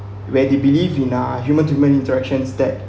where they believe in uh human to many interactions that